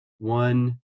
one